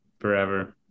forever